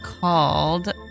called